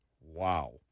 Wow